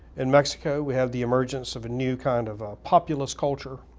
in mexico we have the emergence of a new kind of populace culture,